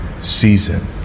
season